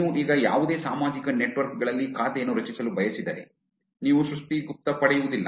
ನೀವು ಈಗ ಯಾವುದೇ ಸಾಮಾಜಿಕ ನೆಟ್ವರ್ಕ್ ಗಳಲ್ಲಿ ಖಾತೆಯನ್ನು ರಚಿಸಲು ಬಯಸಿದರೆ ನೀವು ಸೃಷ್ಟಿ ಗುಪ್ತಾ ಪಡೆಯುವುದಿಲ್ಲ